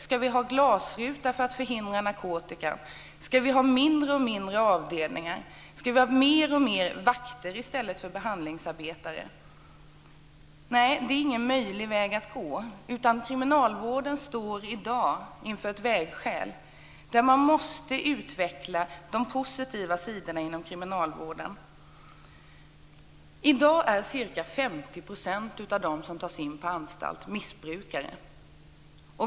Ska vi ha glasruta för att förhindra narkotika? Ska vi ha mindre och mindre avdelningar? Ska vi har mer och mer vakter i stället för behandlingsarbetare? Nej, det är ingen möjlig väg att gå. Kriminalvården står i dag inför ett vägskäl där man måste utveckla de positiva sidorna inom kriminalvården. I dag är ca 50 % av dem som tas in på anstalt missbrukare.